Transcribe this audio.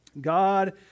god